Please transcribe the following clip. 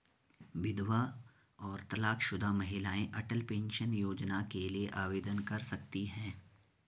विधवा और तलाकशुदा महिलाएं अटल पेंशन योजना के लिए आवेदन कर सकती हैं